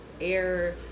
air